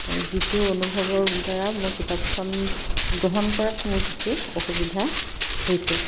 যিটো অনুভৱৰ দ্বাৰা মই কিতাপখন গ্ৰহণ কৰাত মোৰ কিছু অসুবিধা হৈছে